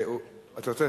אתה רוצה?